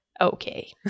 Okay